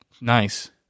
nice